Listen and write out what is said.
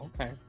Okay